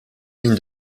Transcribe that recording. ligne